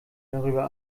darüber